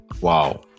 Wow